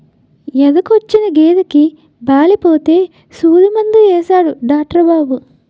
ఎదకొచ్చిన గేదెకి బాలేపోతే సూదిమందు యేసాడు డాట్రు బాబు